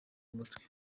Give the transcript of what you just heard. umutwe